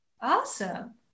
Awesome